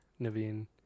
Naveen